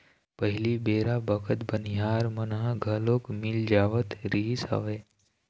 पहिली बेरा बखत बनिहार मन ह घलोक मिल जावत रिहिस हवय